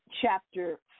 chapter